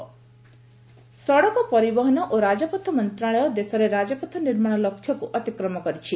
NH ସଡ଼କ ପରିବହନ ଓ ରାଜପଥ ମନ୍ତ୍ରଣାଳୟ ଦେଶରେ ରାଜପଥ ନିର୍ମାଣ ଲକ୍ଷ୍ୟକୁ ଅତିକ୍ରମ କରିଛି